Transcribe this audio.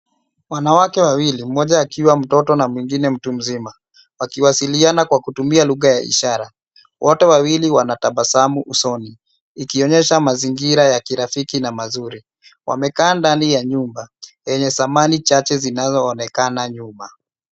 Wanawake Wawili mmoja akiwa mtoto na mwingine mtu mzima wakiwasiliana kwa kutumia lugha ya ishara wote wawili wanatabasamu usoni ikionyesha mazingira ya kirafiki na mazuri. Wamekaa ndani ya nyumba yenye samani chache zinazo onekana nyuma.